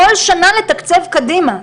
כל שנה לתקצב קדימה.